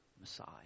Messiah